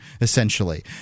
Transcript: essentially